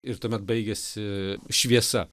ir tuomet baigiasi šviesa